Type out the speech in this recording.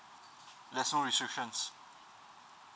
there's no restrictions